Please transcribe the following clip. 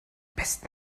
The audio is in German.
besten